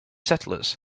settlers